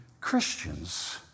Christians